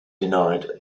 denied